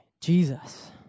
Jesus